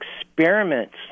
experiments